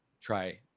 try